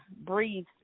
breathe